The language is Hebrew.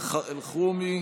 סעיד אלחרומי,